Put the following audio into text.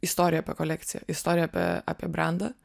istoriją apie kolekciją istoriją apie apie brendą